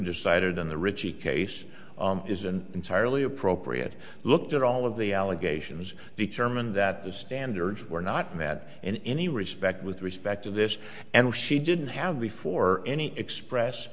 decided in the ritchie case isn't entirely appropriate looked at all of the allegations determined that the standards were not met in any respect with respect to this and she didn't have before any express